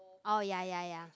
oh ya ya ya